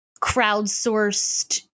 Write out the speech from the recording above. crowdsourced